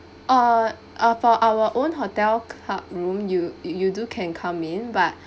err uh for our own hotel card room you you do can come in but